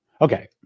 Okay